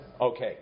Okay